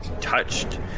touched